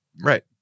right